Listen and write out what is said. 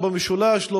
לא במשולש,